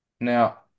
Now